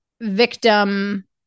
Victim